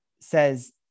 says